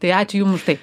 tai ačiū jum už tai